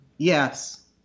Yes